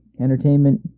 entertainment